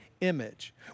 image